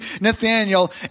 Nathaniel